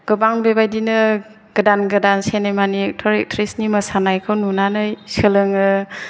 गोबां बे बायदिनो गोदान गोदान सिनेमानि एक्टर एट्रिसनि मोसानायखौ नुनानै सोलोङो